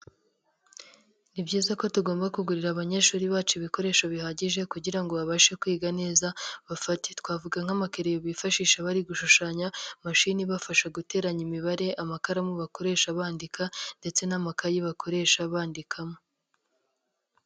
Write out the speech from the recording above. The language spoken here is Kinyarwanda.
Ni byiza ko tugombagurira abanyeshuri bacu ibikoresho bihagije kugira ngo babashe kwiga neza bafate, twavuga nk'amakiriyo bifashisha bari gushushanya, mashini ibafasha guteranya imibare, amakaramu bakoresha bandika, ndetse n'amakayi bakoresha bandikamo.